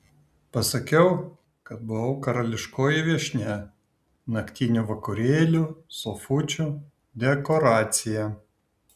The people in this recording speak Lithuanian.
pasakiau kad buvau karališkoji viešnia naktinių vakarėlių sofučių dekoracija